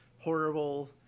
horrible